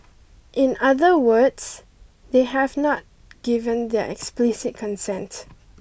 in other words they have not given their explicit consent